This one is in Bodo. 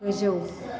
गोजौ